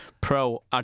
pro